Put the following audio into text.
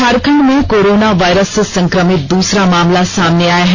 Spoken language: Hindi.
झारखंड में कोराना वायरस से संक्रमित दूसरा मामला सामने आया है